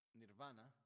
nirvana